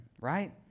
right